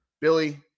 Billy